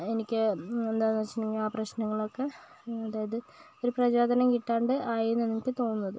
എനിക്ക് എന്താണെന്ന് വെച്ചിട്ടുണ്ടെങ്കിൽ ആ പ്രശ്നങ്ങളൊക്കെ അതായത് ഒരു പ്രചോദനം കിട്ടാണ്ട് ആയത് എന്ന് എനിക്ക് തോന്നുന്നത്